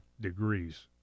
degrees